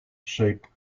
shaped